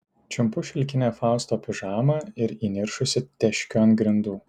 čiumpu šilkinę fausto pižamą ir įniršusi teškiu ant grindų